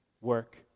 work